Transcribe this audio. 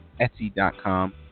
Etsy.com